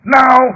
now